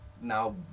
now